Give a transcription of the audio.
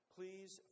Please